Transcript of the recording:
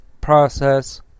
process